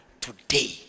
today